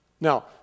Now